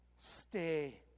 Stay